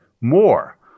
More